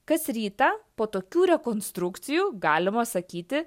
kas rytą po tokių rekonstrukcijų galima sakyti